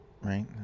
Right